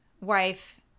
wife